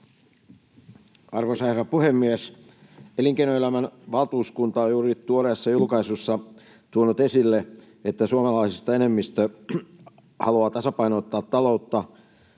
Arvoisa herra puhemies! Elinkeinoelämän valtuuskunta on juuri tuoreessa julkaisussaan tuonut esille, että suomalaisista enemmistö haluaa tasapainottaa taloutta